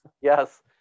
yes